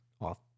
off